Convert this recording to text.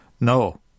No